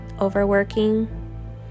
overworking